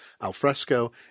Alfresco